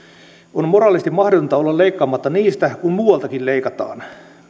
on moraalisesti mahdotonta olla leikkaamatta niistä kun muualtakin leikataan